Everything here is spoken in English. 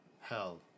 hell